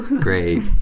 Great